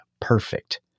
perfect